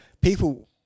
People